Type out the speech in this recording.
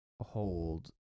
hold